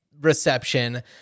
reception